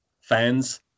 fans